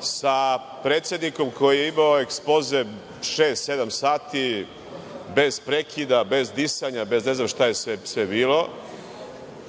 sa predsednikom koji je imao ekspoze šest, sedam sati, bez prekida, bez disanja i ne znam šta je sve bilo.